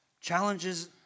Challenges